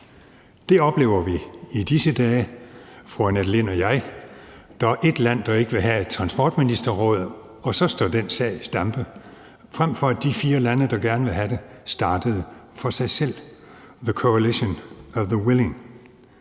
Det oplever fru Annette Lind og jeg i disse dage. Der er ét land, der ikke vil have et transportministerråd, og så står den sag i stampe, frem for at de fire lande, der gerne vil have det, startede for sig selv – the coalition of the willing.